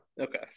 Okay